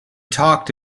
talked